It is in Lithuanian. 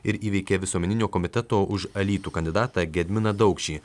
ir įveikė visuomeninio komiteto už alytų kandidatą gediminą daukšį